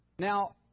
Now